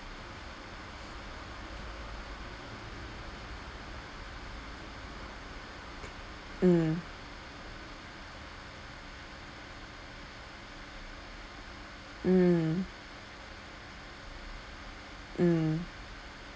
mm mm mm